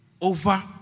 over